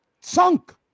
sunk